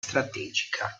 strategica